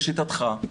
לשיטתך,